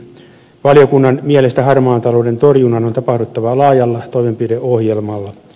valiokunnan mielestä harmaan talouden torjunnan on tapahduttava laajalla toimenpideohjelmalla